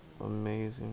Amazing